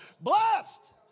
Blessed